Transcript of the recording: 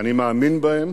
שאני מאמין בהן